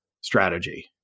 strategy